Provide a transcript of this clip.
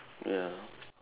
ya